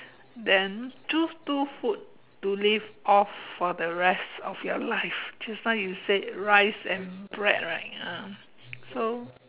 then choose two food to live off for the rest of your life just now you said rice and bread right ah so